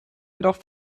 jedoch